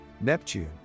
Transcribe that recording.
Neptune